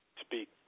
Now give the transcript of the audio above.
speak